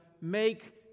make